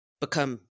become